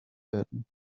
werden